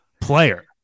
player